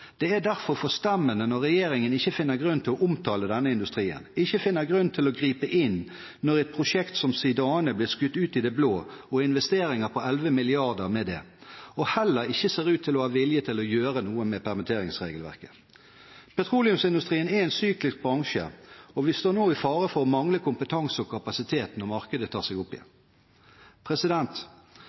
det er derfor forstemmende når regjeringen ikke finner grunn til å omtale denne industrien, ikke finner grunn til å gripe inn når et prosjekt som Zidane blir skutt ut i det blå og investeringer på 11 mrd. kr med det, og heller ikke ser ut til å ha vilje til å gjøre noe med permitteringsregelverket. Petroleumsindustrien er en syklisk bransje, og vi står nå i fare for å mangle kompetanse og kapasitet når markedet tar seg opp igjen.